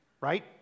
Right